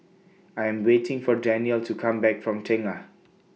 I Am waiting For Danyel to Come Back from Tengah